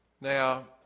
Now